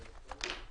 בבקשה.